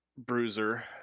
Bruiser